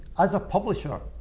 as a publisher,